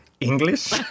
English